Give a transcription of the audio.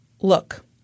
look